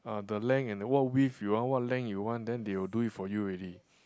the length and what width you want what length you want then they will do it for you already